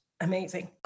amazing